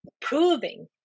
proving